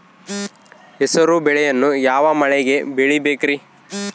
ಹೆಸರುಬೇಳೆಯನ್ನು ಯಾವ ಮಳೆಗೆ ಬೆಳಿಬೇಕ್ರಿ?